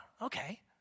okay